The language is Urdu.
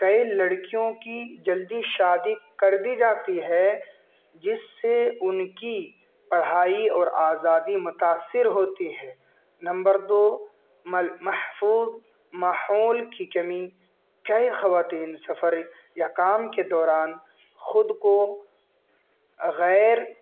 کئی لڑکیوں کی جلدی شادی کر دی جاتی ہے جس سے ان کی پڑھائی اور آزادی متاثر ہوتی ہے نمبر دو محفوظ ماحول کی کمی کئی خواتین سفر یا کام کے دوران خود کو غیر